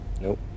Nope